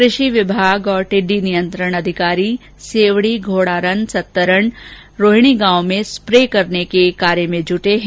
कृषि विभाग और टिड्डी नियंत्रण अधिकारी सेवड़ी घोडारन सत्तरण रोहिणी गांव में स्प्रे करने के कार्य में जुटे हैं